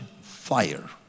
fire